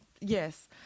yes